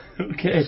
Okay